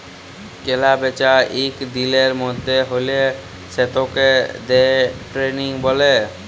কেলা বেচা এক দিলের মধ্যে হ্যলে সেতাকে দে ট্রেডিং ব্যলে